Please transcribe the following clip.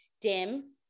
dim